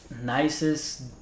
nicest